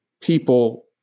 people